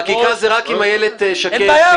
חקיקה זה רק אם איילת שקד תכנס --- אין בעיה,